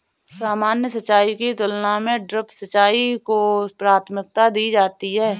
सामान्य सिंचाई की तुलना में ड्रिप सिंचाई को प्राथमिकता दी जाती है